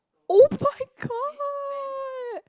oh-my-god